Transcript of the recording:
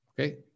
Okay